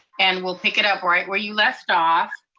and we'll pick it up right where you left off.